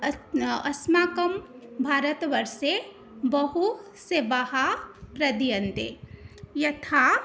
अस् न् अस्माकं भारतवर्षे बहु सेवाः प्रदीयन्ते यथा